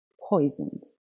poisons